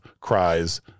cries